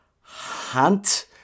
Hunt